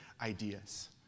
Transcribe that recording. ideas